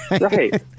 Right